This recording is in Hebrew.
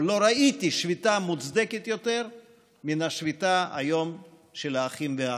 או לא ראיתי שביתה מוצדקת יותר מן השביתה היום של האחים והאחיות.